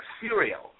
cereal